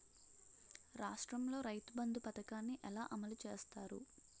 రాష్ట్రంలో రైతుబంధు పథకాన్ని ఎలా అమలు చేస్తారు?